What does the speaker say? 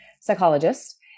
psychologist